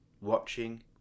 watching